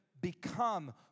become